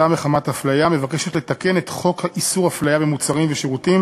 מחמת הפליה) מבקשת לתקן את חוק איסור הפליה במוצרים ושירותים